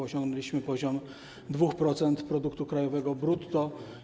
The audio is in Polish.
Osiągnęliśmy poziom 2% produktu krajowego brutto.